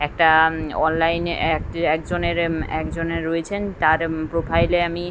একটা অনলাইনে এক একজনের একজনে রয়েছেন তার প্রোফাইলে আমি